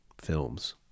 films